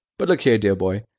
but, look here, dear boy.